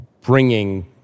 bringing